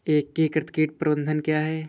एकीकृत कीट प्रबंधन क्या है?